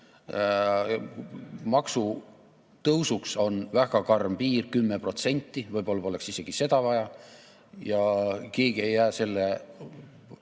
Maksutõusuks on väga karm piir, 10%, võib-olla poleks isegi seda vaja. Ja keegi ei jää sellepärast